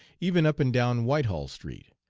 even up and down whitehall street,